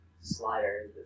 slider